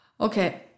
okay